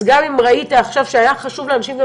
אז ראית עכשיו שהיה חשוב לאנשים,